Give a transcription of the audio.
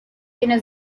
viene